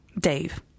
Dave